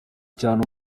cyane